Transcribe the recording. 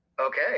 Okay